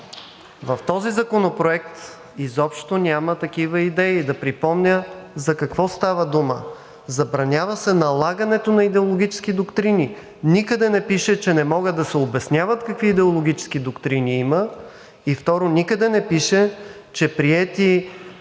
В този законопроект изобщо няма такива идеи. Да припомня за какво става дума. Забранява се налагането на идеологически доктрини. Никъде не пише, че не могат да се обясняват какви идеологически доктрини има. Второ, никъде на пише, че приети